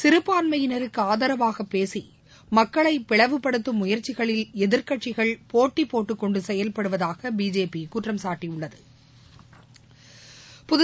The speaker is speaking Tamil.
சிறுபான்மையினருக்குஆதரவாகபேசிமக்களைபிளவுபடுத்தும் முயற்சிகளில் எதிர்கட்சிகள் போட்டிப்போட்டுக்கொண்டுசெயல்படுவதாகபிஜேபிகுற்றம் சாட்டியுள்ளது